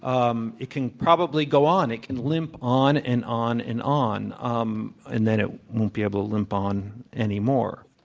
um it can probably go on. it can limp on and on and on. um and then it won't be able to limp on anymore.